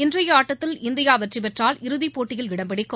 இன்றைய ஆட்டத்தில் இந்தியா வெற்றி பெற்றால் இறுதிப்போட்டியில இடம் பிடிக்கும்